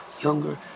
younger